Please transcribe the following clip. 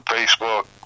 Facebook